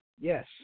Yes